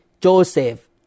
Joseph